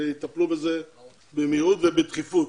שיטפלו בזה במהירות ובדחיפות.